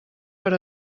per